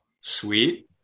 sweet